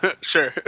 Sure